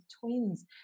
twins